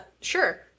Sure